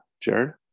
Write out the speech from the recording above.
Jared